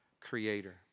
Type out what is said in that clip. creator